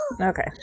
Okay